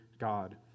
God